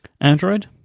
android